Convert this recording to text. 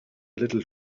little